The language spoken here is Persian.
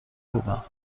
بودم